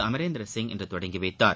அமரேந்திர சிங் இன்று தொடங்கி வைத்தார்